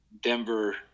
Denver